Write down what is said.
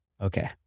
Okay